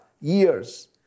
years